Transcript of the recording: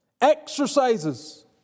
exercises